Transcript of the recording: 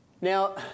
Now